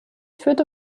führte